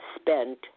spent